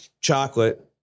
chocolate